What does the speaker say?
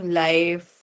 life